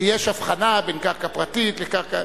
כי יש הבחנה בין קרקע פרטית לקרקע,